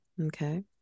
Okay